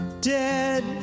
Dead